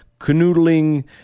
canoodling